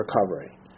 recovery